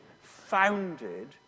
founded